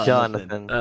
Jonathan